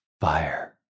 Fire